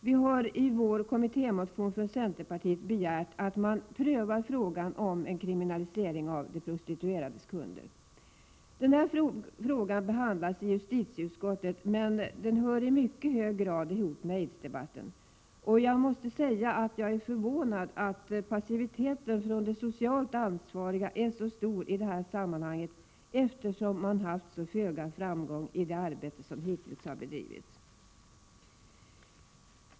Vi har i vår kommittémotion från centerpartiet begärt att man prövar frågan om en kriminalisering av de prostituerades kunder. Den frågan behandlas i justitieutskottet, men den hör i mycket hög grad ihop med aidsdebatten, och jag måste säga att jag är förvånad över att passiviteten från de socialt ansvariga är så stor i det här sammanhanget, eftersom man haft så föga framgång i det arbete som hittills har bedrivits.